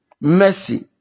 Mercy